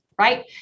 right